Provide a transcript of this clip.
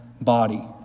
body